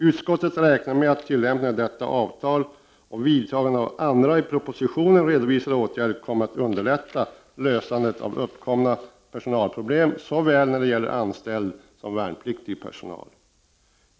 Utskottet räknar med att tillämpningen av detta avtal och vidtagandet av andra i propositionen redovisade åtgärder kommer att underlätta lösandet av uppkomna personalproblem såväl när det gäller anställd som värnpliktig personal.